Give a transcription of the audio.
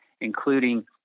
including